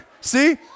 See